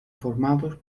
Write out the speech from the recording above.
formados